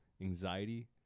anxiety